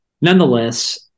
Nonetheless